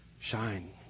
shine